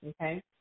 Okay